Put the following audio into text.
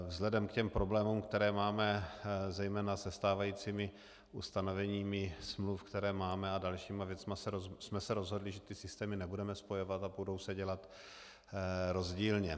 Vzhledem k problémům, které máme zejména se stávajícími ustanoveními smluv, které máme, a dalšími věcmi, jsme se rozhodli, že ty systémy nebudeme spojovat a budou se dělat rozdílně.